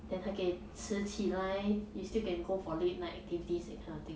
then 还可以迟起来 you still can go for late night activities that kind of thing